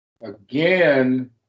again